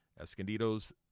Escondido's